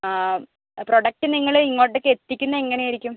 ആ പ്രൊഡക്ട് നിങ്ങള് ഇങ്ങോട്ടേക്ക് എത്തിക്കുന്നത് എങ്ങനെയായിരിക്കും